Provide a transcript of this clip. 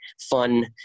fun